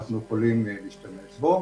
שאנחנו יכולים להשתמש בו.